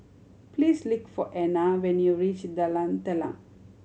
please for Ena when you reach Talan Telang